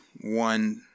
one